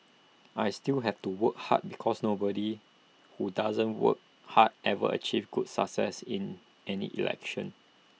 I still have to work hard because nobody who doesn't work hard ever achieves good success in any election